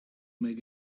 make